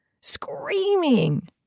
Screaming